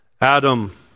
Adam